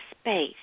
space